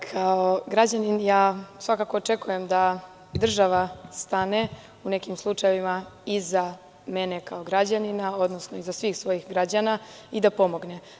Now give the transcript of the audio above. Kao građanin, svakako očekujem da država stane u nekim slučajevima iza mene kao građanina, odnosno iza svih svojih građana i da pomogne.